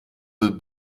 will